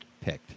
picked